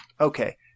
Okay